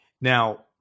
Now